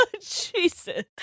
Jesus